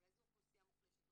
אולי זו אוכלוסיה מוחלשת,